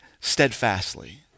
steadfastly